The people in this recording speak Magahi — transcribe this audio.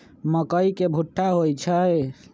मकई के भुट्टा होई छई